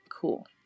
Cool